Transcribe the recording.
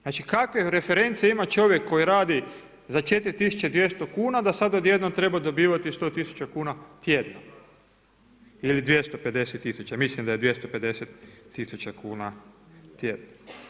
Znači kakve reference ima čovjek koji radi za 4200 kuna, da sada odjednom treba dobivati 100000 kuna tjedno ili 250000 mislim da je 250000 kuna tjedno.